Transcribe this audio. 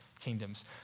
kingdoms